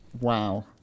Wow